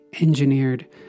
engineered